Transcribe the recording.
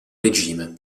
regime